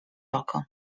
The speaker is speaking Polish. oko